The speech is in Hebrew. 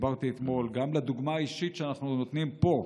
גם לדוגמה האישית שאנחנו נותנים פה,